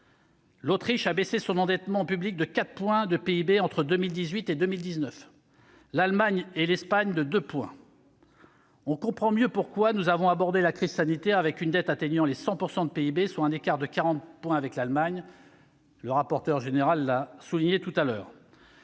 L'Autriche l'a baissé de 4 points de PIB entre 2018 et 2019, l'Allemagne et l'Espagne de 2 points. On comprend mieux pourquoi nous avons abordé la crise sanitaire avec une dette atteignant les 100 % de PIB, soit un écart de 40 points avec l'Allemagne, comme le rapporteur général l'a précédemment souligné.